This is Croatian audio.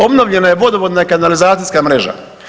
Obnovljena je vodovodna i kanalizacijske mreža.